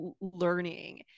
learning